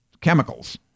chemicals